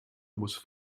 muss